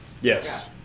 Yes